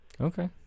Okay